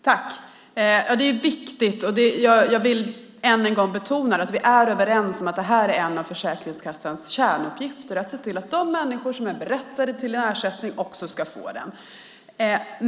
Fru talman! Detta är viktigt, och jag vill än en gång betona att vi är överens om att en av Försäkringskassans kärnuppgifter är att se till att de människor som är berättigade till ersättning också ska få den.